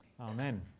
Amen